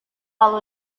lalu